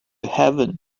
heaven